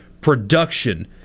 production